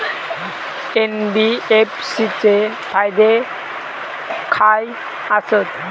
NBFC चे फायदे खाय आसत?